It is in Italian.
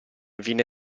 viene